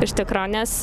iš tikro nes